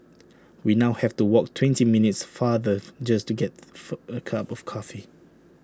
we now have to walk twenty minutes farther just to get for A cup of coffee